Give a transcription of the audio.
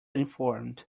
informed